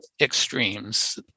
extremes